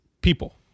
people